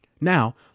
Now